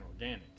organic